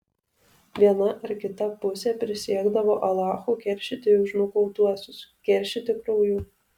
viena ar kita pusė prisiekdavo alachu keršyti už nukautuosius keršyti krauju